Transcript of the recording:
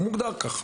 הוא מוגדר כך,